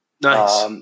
Nice